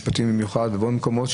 במיוחד ממשרד המשפטים ומעוד מקומות,